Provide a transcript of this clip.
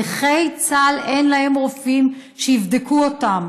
נכי צה"ל, אין להם רופאים שיבדקו אותם.